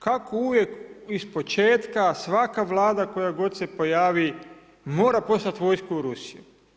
Kako uvijek, ispočetka, svaka Vlada, koja god se pojavi, mora poslat vojsku u Rusiju?